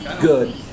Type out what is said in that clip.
good